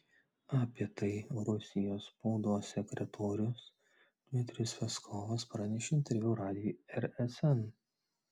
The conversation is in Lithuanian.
apie tai rusijos spaudos sekretorius dmitrijus peskovas pranešė interviu radijui rsn